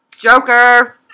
Joker